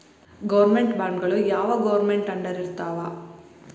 Government ಬಾಂಡ್ಗಳು ಯಾವ್ government ಅಂಡರಿರ್ತಾವ?